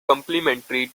complementary